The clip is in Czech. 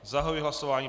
Zahajuji hlasování.